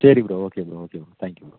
சரி bro okay bro okay bro thank you bro